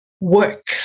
work